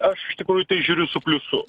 aš iš tikrųjų žiūriu su pliusu